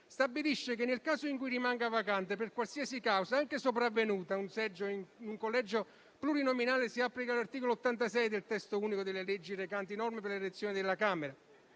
stabilisce che, nel caso in cui rimanga vacante per qualsiasi causa, anche sopravvenuta, un seggio in un collegio plurinominale, si applica l'articolo 86 del testo unico delle leggi recanti norme per l'elezione della Camera,